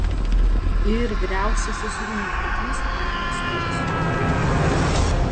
ir vyriausiasis rūmų pirklys chaimas taip sakė